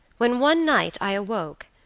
when one night i awoke,